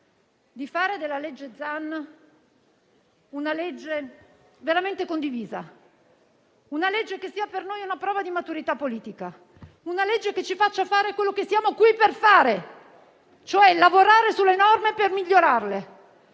di fare della legge Zan una legge veramente condivisa, una legge che sia per noi una prova di maturità politica. Una legge che ci faccia fare ciò per cui siamo qui: lavorare sulle norme per migliorarle.